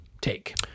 take